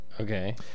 Okay